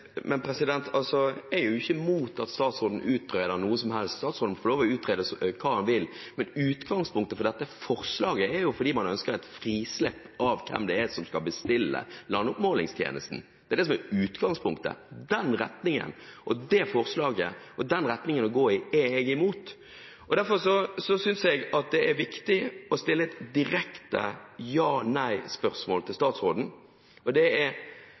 er ikke imot at statsråden utreder noe som helst. Statsråden må få lov til å utrede hva han vil, men utgangspunktet for dette forslaget er jo at man ønsker et frislepp av hvem det er som skal bestille landoppmålingstjenesten. Det er utgangspunktet. Det forslaget og den retningen å gå i er jeg imot. Derfor synes jeg det er viktig å stille et direkte ja/nei-spørsmål til statsråden: Ser statsråden at i det